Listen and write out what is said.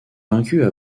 vaincues